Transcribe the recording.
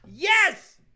Yes